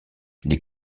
les